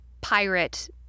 pirate